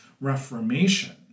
Reformation